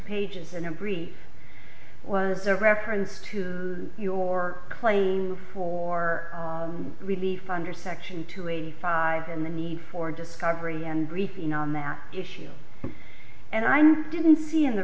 pages and agree was a reference to your claims for relief under section two eighty five and the need for discovery and briefing on that issue and i didn't see in the